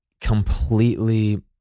completely